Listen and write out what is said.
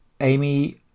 amy